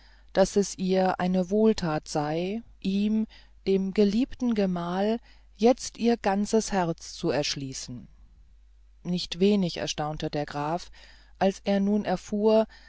daß es ihr eine wohltat sei ihm dem geliebten gemahl jetzt ihr ganzes herz zu erschließen nicht wenig erstaunte der graf als er nun erfuhr